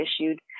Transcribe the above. issued